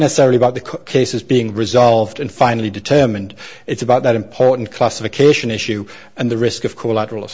necessarily about the cases being resolved and finally determined it's about that important classification issue and the risk of co